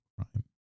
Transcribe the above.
crime